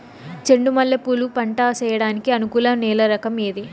చెండు మల్లె పూలు పంట సేయడానికి అనుకూలం నేల రకం ఏది